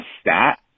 stat